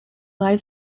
life